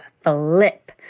flip